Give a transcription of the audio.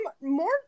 More